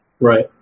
right